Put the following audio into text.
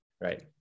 Right